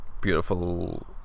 beautiful